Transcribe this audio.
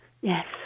yes